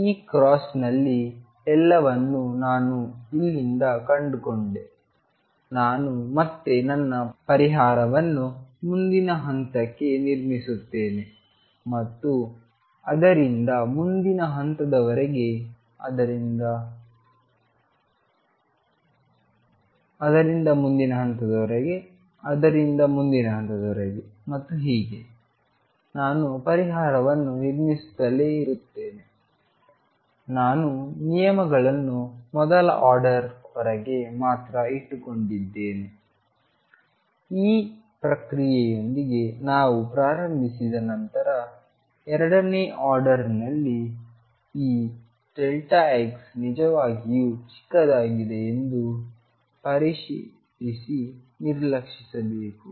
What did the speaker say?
ಈ ಕ್ರಾಸ್ನಲ್ಲಿ ಎಲ್ಲವನ್ನೂ ನಾನು ಇಲ್ಲಿಂದ ಕಂಡುಕೊಂಡೆ ನಾನು ಮತ್ತೆ ನನ್ನ ಪರಿಹಾರವನ್ನು ಮುಂದಿನ ಹಂತಕ್ಕೆ ನಿರ್ಮಿಸುತ್ತೇನೆ ಮತ್ತು ಅದರಿಂದ ಮುಂದಿನ ಹಂತದವರೆಗೆ ಅದರಿಂದ ಮುಂದಿನ ಹಂತದವರೆಗೆ ಅದರಿಂದ ಮುಂದಿನ ಹಂತದವರೆಗೆ ಮತ್ತು ಹೀಗೆ ನಾನು ಪರಿಹಾರವನ್ನು ನಿರ್ಮಿಸುತ್ತಲೇ ಇರುತ್ತೇನೆ ನಾನು ನಿಯಮಗಳನ್ನು ಮೊದಲ ಆರ್ಡರ್ ವರೆಗೆ ಮಾತ್ರ ಇಟ್ಟುಕೊಂಡಿದ್ದೇನೆ ಈ ಪ್ರಕ್ರಿಯೆಯೊಂದಿಗೆ ನಾವು ಪ್ರಾರಂಭಿಸಿದ ನಂತರ ಎರಡನೇ ಆರ್ಡರ್ ನಲ್ಲಿ ಈ xನಿಜವಾಗಿಯೂ ಚಿಕ್ಕದಾಗಿದೆ ಎಂದು ಪರಿಶೀಲಿಸಿ ನಿರ್ಲಕ್ಷಿಸಬೇಕು